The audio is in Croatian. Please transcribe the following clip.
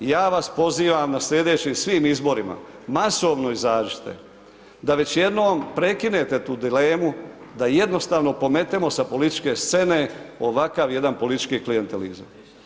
Ja vas pozivam na sljedećim svim izborima, masovno izađite da već jednom prekinete tu dilemu, da jednostavno pometemo sa političke scene ovakav jedan politički klijentelizam.